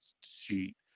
sheet